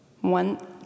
One